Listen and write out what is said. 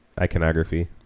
iconography